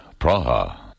Praha